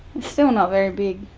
it's still not very big,